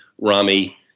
Rami